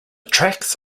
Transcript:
tracks